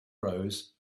rose